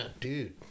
dude